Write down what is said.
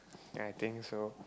ya I think so